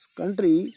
country